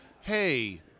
hey